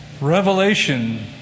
Revelation